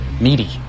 meaty